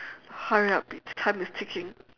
hurry up it's time is ticking